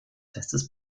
festes